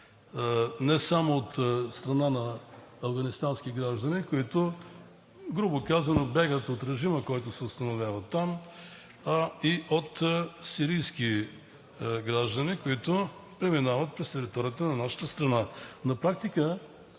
не само от страна на афганистански граждани, които, грубо казано, бягат от режима, който се установява там, а и от сирийски граждани, които преминават през територията на нашата страна.